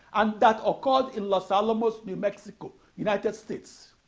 and that occurred in los alamos, new mexico, united states,